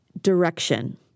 direction